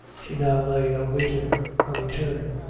she now lay awaiting her return.